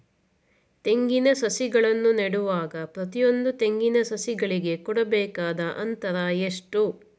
ತೆಂಗಿನ ಸಸಿಗಳನ್ನು ನೆಡುವಾಗ ಪ್ರತಿಯೊಂದು ತೆಂಗಿನ ಸಸಿಗಳಿಗೆ ಕೊಡಬೇಕಾದ ಅಂತರ ಎಷ್ಟು?